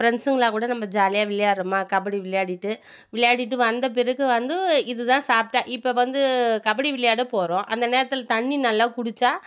ப்ரண்ட்ஸுங்களெல்லாம் கூட நம்ம ஜாலியாக விளையாடுறோமா கபடி விளையாடிகிட்டு விளையாடிகிட்டு வந்த பிறகு வந்து இதுதான் சாப்பிட்டேன் இப்போ வந்து கபடி விளையாட போகிறோம் அந்த நேரத்தில் தண்ணி நல்லா குடித்தா